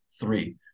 three